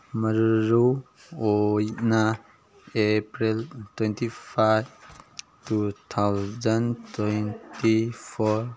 ꯃꯔꯨꯑꯣꯏꯅ April twenty five two thousand twenty four